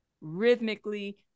rhythmically